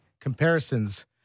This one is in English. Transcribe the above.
comparisons